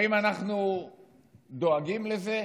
האם אנחנו דואגים לזה?